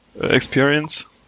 experience